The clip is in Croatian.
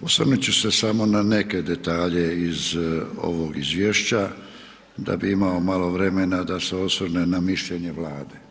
osvrnut ću se samo na neke detalje iz ovog izvješća, da bi imao malo vremena da se osvrnem na mišljenje Vlade.